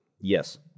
Yes